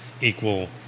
equal